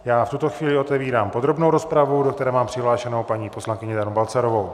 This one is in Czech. V tuto chvíli otevírám podrobnou rozpravu, do které mám přihlášenou paní poslankyni Danu Balcarovou.